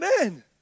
amen